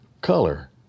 color